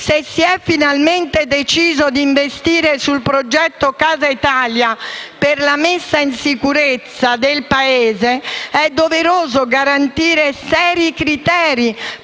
Se si è finalmente deciso di investire sul progetto Casa Italia per la messa in sicurezza del Paese, è doveroso garantire seri criteri